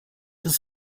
ist